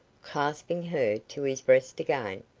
clasping her to his breast again,